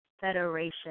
Federation